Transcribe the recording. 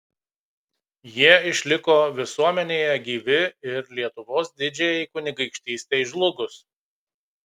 jie išliko visuomenėje gyvi ir lietuvos didžiajai kunigaikštystei žlugus